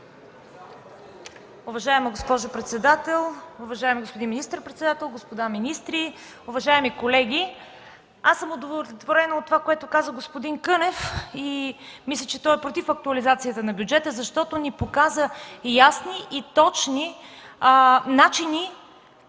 Уважаема госпожо председател, уважаеми господин министър-председател, господа министри, уважаеми колеги! Удовлетворена съм от това, което каза господин Кънев, и мисля, че той е против актуализацията на бюджета, защото ни показа ясни и точни начини